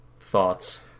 thoughts